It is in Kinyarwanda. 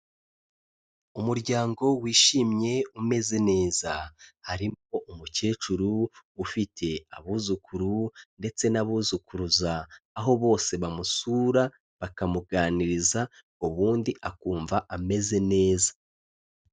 Umuryango wishimye umeze neza, harimo umukecuru ufite abuzukuru ndetse n'abuzukuruza, aho bose bamusura bakamuganiriza ubundi akumva ameze neza.